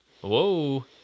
Whoa